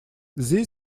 these